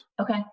Okay